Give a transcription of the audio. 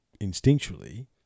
instinctually